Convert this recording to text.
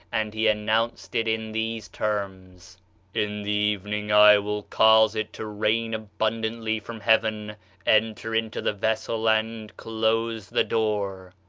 and he announced it in these terms in the evening i will cause it to rain abundantly from heaven enter into the vessel and close the door.